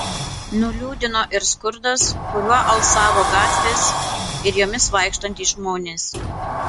nuliūdino ir skurdas kuriuo alsavo gatvės ir jomis vaikštantys žmonės